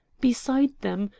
beside them,